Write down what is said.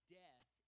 death